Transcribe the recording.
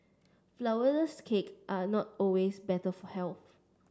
flourless cake are not always better for health